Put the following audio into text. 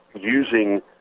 using